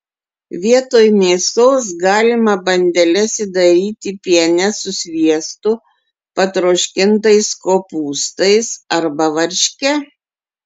vietoj mėsos galima bandeles įdaryti piene su sviestu patroškintais kopūstais arba varške